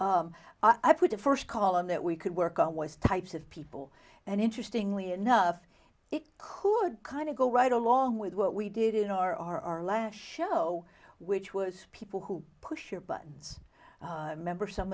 i put a first call on that we could work on was types of people and interestingly enough it could kind of go right along with what we did in our last show which was people who push your buttons member some